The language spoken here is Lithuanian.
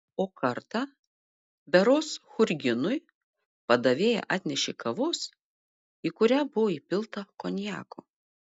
o kartą berods churginui padavėja atnešė kavos į kurią buvo įpilta konjako